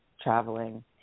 traveling